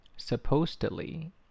Supposedly